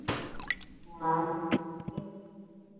हँ ठीक